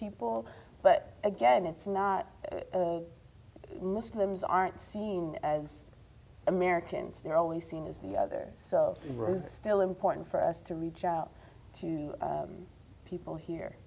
people but again it's not muslims aren't seen as americans they're always seen as the other so we're still important for us to reach out to people here